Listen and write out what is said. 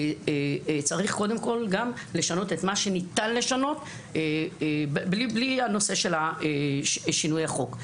צריך קודם כל לשנות את מה שניתן לשנות בלי הנושא של שינוי החוק.